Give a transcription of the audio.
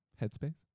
headspace